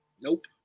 Nope